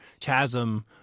chasm